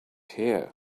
here